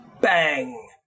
Bang